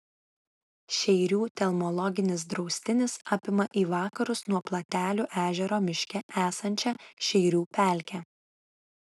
šeirių telmologinis draustinis apima į vakarus nuo platelių ežero miške esančią šeirių pelkę